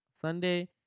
sunday